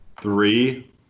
Three